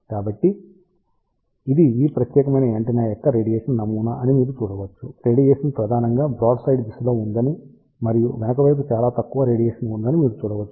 కాబట్టి ఇది ఈ ప్రత్యేకమైన యాంటెన్నా యొక్క రేడియేషన్ నమూనా అని మీరు చూడవచ్చు రేడియేషన్ ప్రధానంగా బ్రాడ్ సైడ్ దిశలో ఉందని మరియు వెనుక వైపు చాలా తక్కువ రేడియేషన్ ఉందని మీరు చూడవచ్చు